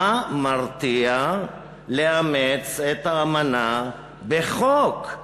מה מרתיע מלאמץ את האמנה בחוק?